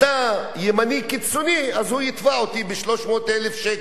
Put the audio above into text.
אתה ימני קיצוני, אז הוא יתבע אותי ב-300,000 שקל.